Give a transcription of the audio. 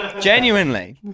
Genuinely